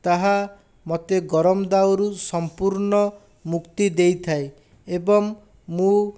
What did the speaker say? ତାହା ମୋତେ ଗରମ ଦାଉରୁ ସମ୍ପୂର୍ଣ ମୁକ୍ତି ଦେଇଥାଏ ଏବଂ ମୁଁ